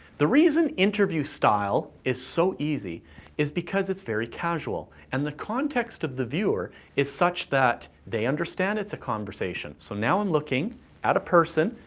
the reason interview style is so easy is because it's very casual. and the context of the viewer is such that they understand it's a conversation. so now i'm looking at a person,